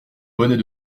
bonnets